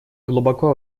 глубоко